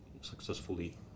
successfully